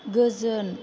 गोजोन